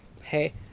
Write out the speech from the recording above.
hey